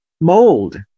Mold